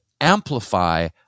amplify